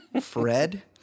Fred